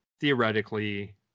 theoretically